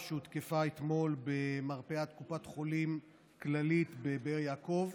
שהותקפה אתמול במרפאת קופת חולים כללית בבאר יעקב.